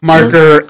Marker